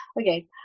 Okay